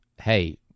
Hey